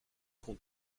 qu’on